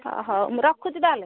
ହଁ ହେଉ ମୁଁ ରଖୁଛି ତା'ହେଲେ